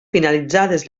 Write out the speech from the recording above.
finalitzades